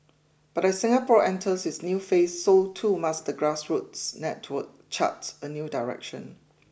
but as Singapore enters its new phase so too must the grassroots network chart a new direction